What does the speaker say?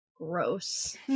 gross